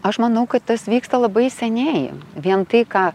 aš manau kad tas vyksta labai seniai vien tai ką